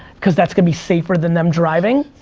cause that's gonna be safer than them driving.